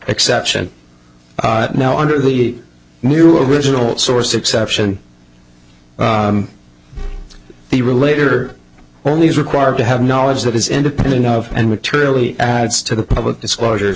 exception now under the new original source exception the relator only is required to have knowledge that is independent of and materially adds to the public disclosure